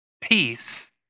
peace